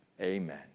Amen